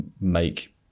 make